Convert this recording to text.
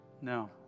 no